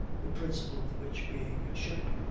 the principal of which being a ship,